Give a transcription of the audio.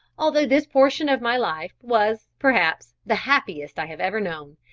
although this portion of my life was, perhaps, the happiest i have ever known,